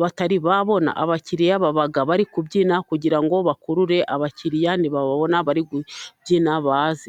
batari babona abakiriya, baba bari kubyina kugira ngo bakurure abakiriya , nibababona bari kubyina baze.